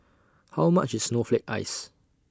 How much IS Snowflake Ice